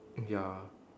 ya